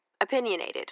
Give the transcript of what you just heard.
opinionated